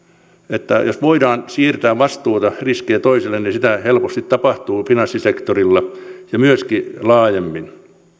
että jos voidaan siirtää vastuuta riskiä toiselle niin sitä helposti tapahtuu finanssisektorilla ja myöskin laajemmin